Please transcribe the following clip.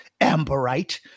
Amberite